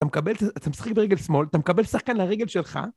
אתה משחק ברגל שמאל, אתה מקבל שחקן לרגל שלך?